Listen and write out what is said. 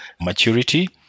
maturity